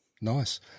Nice